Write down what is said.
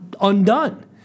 undone